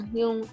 yung